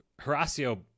Horacio